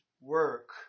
work